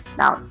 now